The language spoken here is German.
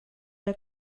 der